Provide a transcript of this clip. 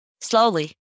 Slowly